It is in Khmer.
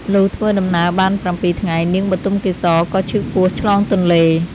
លុះធ្វើដំណើរបាន ៧ ថ្ងៃ នាងបុទមកេសរក៏ឈឺពោះឆ្លងទន្លេ។